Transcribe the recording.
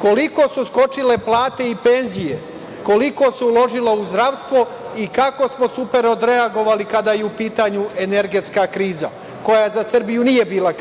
koliko su skočile plate i penzije, koliko se uložilo u zdravstvo i kako smo super odreagovali kada je u pitanju energetska kriza koja za Srbiju nije bila